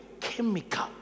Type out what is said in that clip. chemical